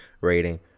rating